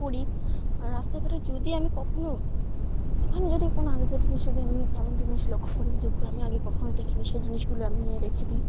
পড়ি আর রাস্তাঘাটে যদি আমি কখনও একটুখানি যদি কোনো আগেকার জিনিস যদি আমি এমন জিনিস লক্ষ্য করি যেগুলো আমি আগে কখনও দেখিনি সেই জিনিসগুলো আমি নিয়ে রেখে দিই